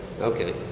Okay